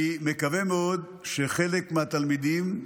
אני מקווה מאוד שחלק מהתלמידים,